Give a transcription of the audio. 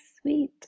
sweet